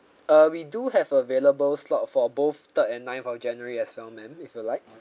uh we do have available slot for both third and ninth of january as well ma'am if you like